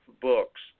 Books